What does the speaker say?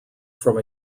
from